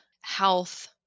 health